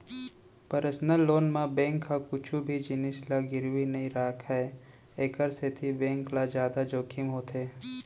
personal loan म bank ह कुछु भी जिनिस ल गिरवी नइ राखय एखर सेती बेंक ल जादा जोखिम होथे